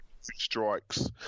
strikes